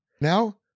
Now